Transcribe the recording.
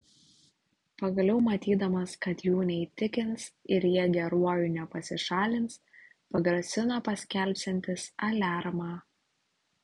pagaliau matydamas kad jų neįtikins ir jie geruoju nepasišalins pagrasino paskelbsiantis aliarmą